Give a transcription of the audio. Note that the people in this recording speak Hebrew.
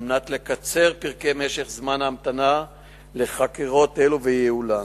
על מנת לקצר את משך זמן ההמתנה לחקירות אלה ולייעלן.